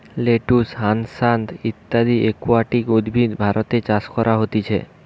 lettuce, হ্যাসান্থ ইত্যদি aquatic উদ্ভিদ ভারতে চাষ করা হতিছে